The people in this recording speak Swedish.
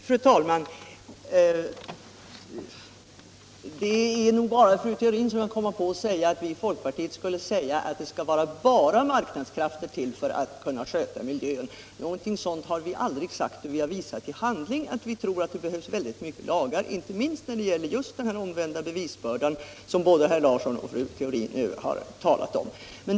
Fru talman! Det är nog bara fru Theorin som kan komma på att säga att vi i folkpartiet skulle anse att det bara är marknadskrafterna som kan sköta miljön. Någonting sådant har vi aldrig sagt och vi har i handling visat att vi tror att det behövs många lagar, inte minst när det gäller den omvända bevisbördan, som både herr Larsson i Borrby och fru Theorin har talat om.